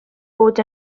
bod